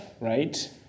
right